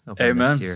Amen